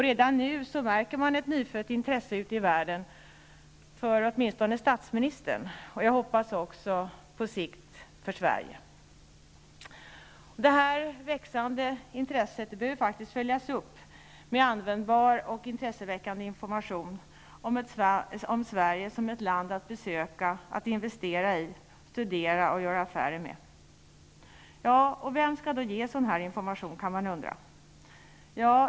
Redan nu märks ett nyfött intresse ute i världen för åtminstone statsministern, och jag hoppas att det åtminstone på sikt skall gälla även Detta växande intresse behöver följas upp med användbar och intresseväckande informtion om Sverige som ett land att besöka, investera i, studera och göra affärer med. Man kan undra vem som skall ge sådan information.